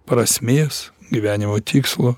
prasmės gyvenimo tikslo